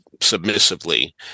submissively